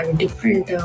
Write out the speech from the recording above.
different